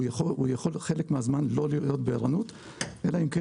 הוא יכול חלק מהזמן לא להיות בערנות אלא אם כן